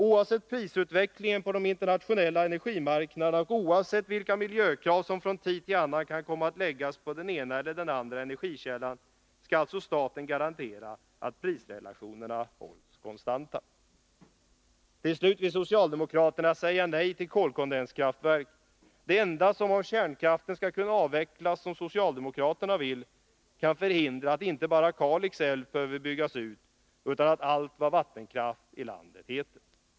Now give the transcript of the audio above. Oavsett prisutvecklingen på de internationella energimarknaderna och oavsett vilka miljökrav som från tid till annan kan komma att läggas på den ena eller den andra energikällan skall alltså staten garantera att prisrelationerna hålls konstanta. Till slut vill socialdemokraterna säga nej till kolkondenskraftverk, det enda som — om kärnkraften skall kunna avvecklas, som socialdemokraterna vill — kan förhindra att inte bara Kalix älv behöver byggas ut utan också all annan vattenkraft i landet.